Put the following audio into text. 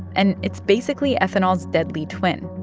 and it's basically ethanol's deadly twin.